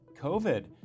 COVID